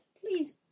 Please